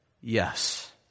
yes